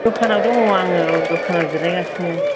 दखानाव दंङ आंङो औ दखानाव जिरायगासनो